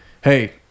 hey